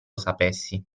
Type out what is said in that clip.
sapessi